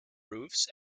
roofs